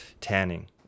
tanning